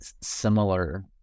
similar